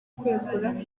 kwegura